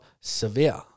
severe